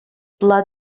blood